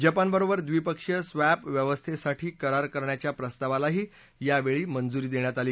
जपानबरोबर ड्रिपक्षीय स्वॅप व्यवस्थेसाठी करार करण्याच्या प्रस्तावालाही यावेळी मंजुरी देण्यात आली